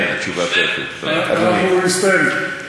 בקיצור,